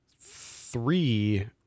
three